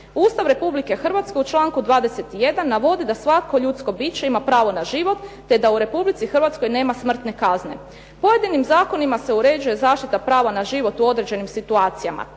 Ustav Republike Hrvatske u članku 21. navodi da svako ljudsko biće ima pravo na život te da u Republici Hrvatskoj nema smrtne kazne. Pojedinim zakonima se uređuje zaštita prava na život u određenim situacijama.